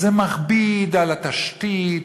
זה מכביד על התשתית,